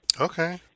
Okay